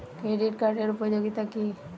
Credit কার্ডের উপযোগিতা কি?